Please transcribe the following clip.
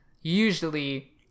usually